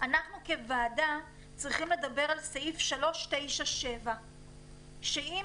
אנחנו כוועדה צריכים לדבר על סעיף 3.9.7 שאם